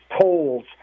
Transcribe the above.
tolls